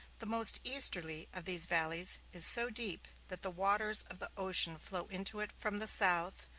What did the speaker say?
the most easterly of these valleys is so deep that the waters of the ocean flow into it from the south,